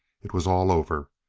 it was all over.